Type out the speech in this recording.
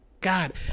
god